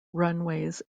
runways